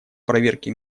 проверке